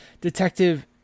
Detective